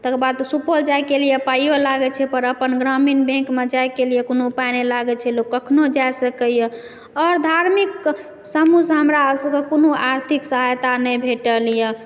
तकर बाद सुपौल जाइ के लिए पाइयो लगै छै पर अपन ग्रामीण बैङ्कमे जाइके लिए कोनो पाइ नहि लगै छै लोग कखनो जा सकैए आओर धार्मिक समूह सँ हमरा सभके कोनो आर्थिक सहायता नहि भेटल यऽ